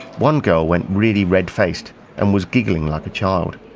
one girl went really red-faced and was giggling like a child.